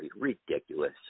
ridiculous